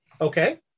Okay